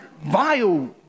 vile